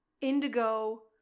indigo